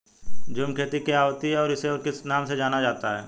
झूम खेती क्या होती है इसे और किस नाम से जाना जाता है?